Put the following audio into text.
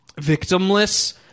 victimless